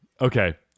Okay